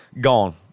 Gone